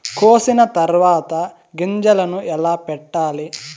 కోసిన తర్వాత గింజలను ఎలా పెట్టాలి